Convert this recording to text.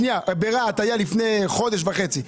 לפני חודש וחצי ברהט היה סיפור.